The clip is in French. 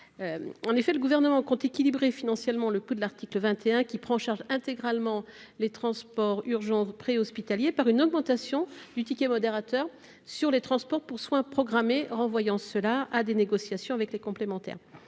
En effet, le Gouvernement compte équilibrer financièrement le coût de l'article 21, qui prévoit la prise en charge intégrale des transports urgents préhospitaliers, par une augmentation du ticket modérateur sur les transports pour soins programmés, renvoyant la prise en charge de cette augmentation